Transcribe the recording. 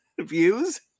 views